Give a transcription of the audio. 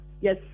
Yes